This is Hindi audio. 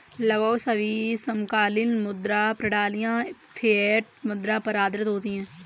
लगभग सभी समकालीन मुद्रा प्रणालियाँ फ़िएट मुद्रा पर आधारित होती हैं